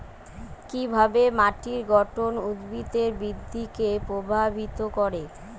কিভাবে মাটির গঠন উদ্ভিদের বৃদ্ধিকে প্রভাবিত করে?